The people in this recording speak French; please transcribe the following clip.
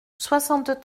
soixante